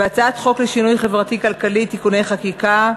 והצעת חוק לשינוי חברתי-כלכלי (תיקוני חקיקה)